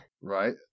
right